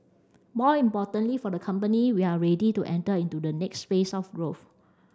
more importantly for the company we are ready to enter into the next phase of growth